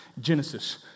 Genesis